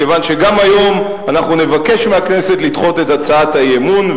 כיוון שגם היום אנחנו נבקש מהכנסת לדחות את הצעת האי-אמון,